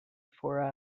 for